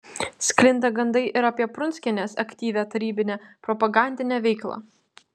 sklinda gandai ir apie prunskienės aktyvią tarybinę propagandinę veiklą